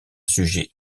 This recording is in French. sujet